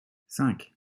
cinq